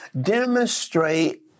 demonstrate